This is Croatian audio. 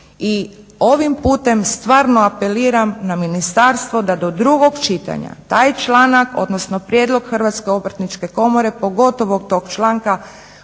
ovim putem stvarno apeliram na ministarstvo da do drugog čitanja, taj članak, odnosno prijedlog Hrvatske obrtničke komore, pogotovo tog članka